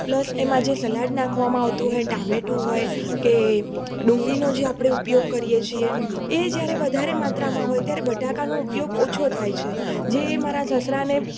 plus એમાં જે salad નાખવામાં આવતું હોય ટામેટું હોય કે ડુંગળીનો જે આપણે ઉપયોગ કરીએ છીએ એ જ્યારે વધારે માત્રામાં હોય ત્યારે બટાકાનો ઉપયોગ ઓછો થાય છે જે મારા સસરાને